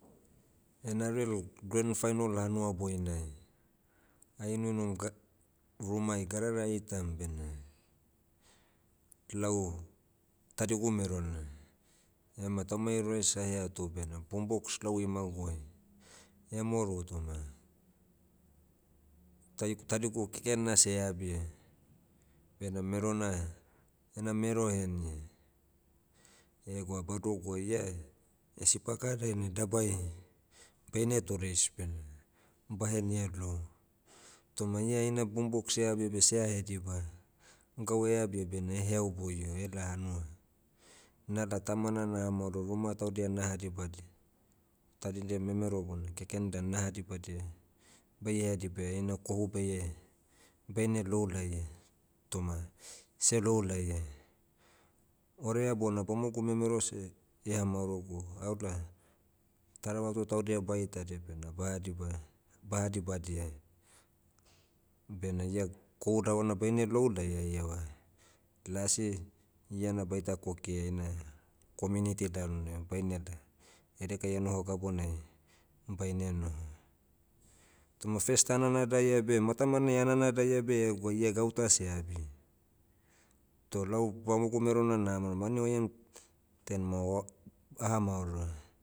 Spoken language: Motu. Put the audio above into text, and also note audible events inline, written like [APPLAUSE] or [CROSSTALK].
Nrl grandfinal hanuaboinai, ainuinum ga- rumai gadara aitam bena, lau, tadigu merona, ema taumai ruais aheatu bena boom box lau imaguai. Emoru toma, tai- tadigu keken na seh eabia. Bena merona, ena mero ehenia. Egwa badogoa ia, [HESITATION] sipaka dainai dabai, baine toreis bena, bahenia lou. Toma ia heina boom box eabia beh sea hediba. Gau eabia bena eheau boio ela hanua. Nala tamana naha maoroa ruma taudia naha dibadi. Tadidia memero bona keken dan naha dibadia, baie adibaia heina kohu baie- baine lou laia, toma, selou laia. Orea bona bamogu memero seh, eha maorogu aola, taravatu taudia baitadia bena baha diba- baha dibadia. Bena ia kohu davana baine lou laia ieva, lasi, iana baita kokia ina, community lalonai bainela, edekai enoho gabunai, baine noho. Toma first ah nanadaia beh matamanai ah nanadaia beh egwa ia gauta seabi. Toh lau bamogu merona naha maoroa mani oiem, turn ma oa- aha maoroa